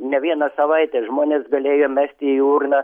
ne vieną savaitę žmonės galėjo mesti į urną